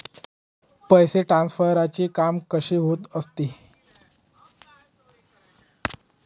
पैसे ट्रान्सफरचे काम कसे होत असते?